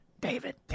David